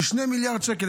כ-2 מיליארד שקל,